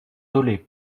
dolez